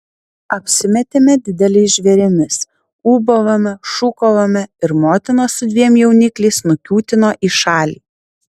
apsimetėme dideliais žvėrimis ūbavome šūkavome ir motina su dviem jaunikliais nukiūtino į šalį